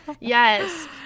Yes